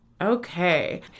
Okay